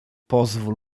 pozwól